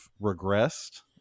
regressed